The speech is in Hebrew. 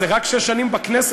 זה רק שש שנים בכנסת,